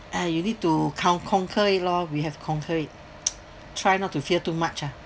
uh you need to con~ conquer it lor we have conquer it try not to fear too much ah